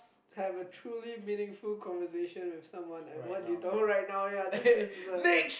have a truly meaningful conversation with someone and why oh right now ya this is the